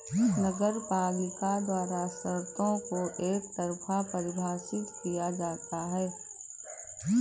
नगरपालिका द्वारा शर्तों को एकतरफा परिभाषित किया जाता है